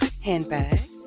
handbags